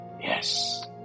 Yes